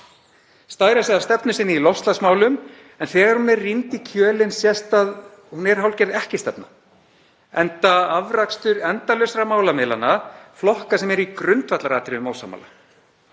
Stæra sig af stefnu sinni í loftslagsmálum en þegar hún er rýnd í kjölinn sést að hún er hálfgerð ekki-stefna, enda afrakstur endalausra málamiðlana flokka sem eru í grundvallaratriðum ósammála.